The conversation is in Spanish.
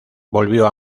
volvió